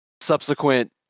subsequent